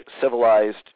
civilized